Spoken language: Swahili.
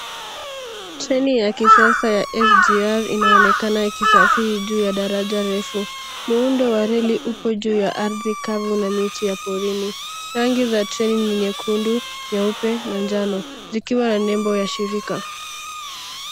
Treni ya kisasa ya SGR inaonekana ikisafiri juu ya daraja refu. Muundo wa reli upo juu ya ardhi kavu na miti ya porini. Rangi za treni ni nyekundu, nyeupe na njano zikiwa na nembo ya shirika.